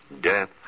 Death